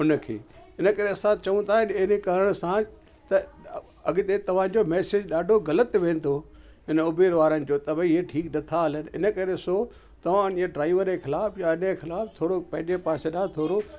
उनखे इन करे असां चऊं था इने कारण सां त अॻिते तव्हांजो मैसेज ॾाढो ग़लति वेंदो इन उबेर वारनि जो की भई तव्हां ठीकु नथा हलनि इन करे सो तव्हां इने ड्राइवर जे ख़िलाफ़ु इनजे ख़िलाफ़ु थोरो पंहिंजे पासेरा थोरो